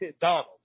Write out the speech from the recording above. Donald